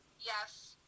yes